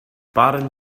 barn